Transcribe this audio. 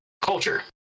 culture